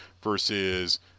versus